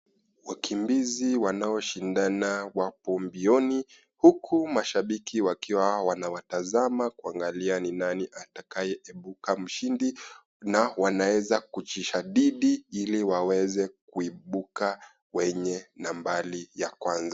Wakimbizi wanaoshidana wako mbioni huku mashabiki wakiwa wanawatazama kuangalia ni nani atakayeibuka mshindi na wanaweza kujishadidi ili waweze kuibuka kwenye nambari ya kwanza.